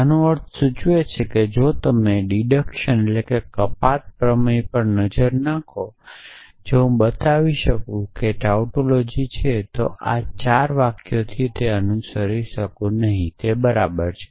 આનો અર્થ સૂચવે છે કે જો તમે કપાત પ્રમેય પર નજર નાખો કે જો હું તે બતાવી શકું કે ટાઉટોલોજી છે તો હું આ ચાર વાક્યોથી અનુસરી શકું નહીં તે બરાબર છે